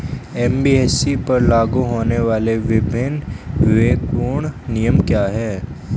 NBFC पर लागू होने वाले विभिन्न विवेकपूर्ण नियम क्या हैं?